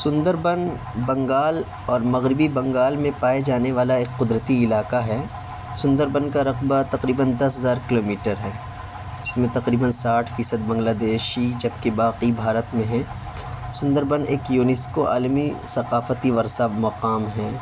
سندر بن بنگال اور مغربی بنگال میں پائے جانے والا ایک قدرتی علاقہ ہے سندر بن کا رقبہ تقریبآٓ دس ہزار کلومیٹر ہے جس میں تقریبآٓ ساٹھ فیصد بنگلہ دیشی جبکہ باقی بھارت میں ہیں سندر بن ایک یونیسکو عالمی ثقافتی ورثہ مقام ہے